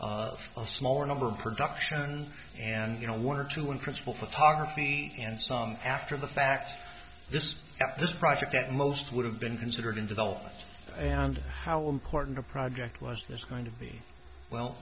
a smaller number of production and you know one or two in principal photography and song after the fact this is this project that most would have been considered in development and how important a project was there's going to be well